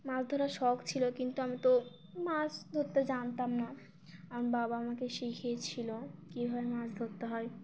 মাছ ধরার শখ ছিল কিন্তু আমি তো মাছ ধরতে জানতাম না আমার বাবা আমাকে শিখিয়েছিল কীভাবে মাছ ধরতে হয়